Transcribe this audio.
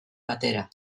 batera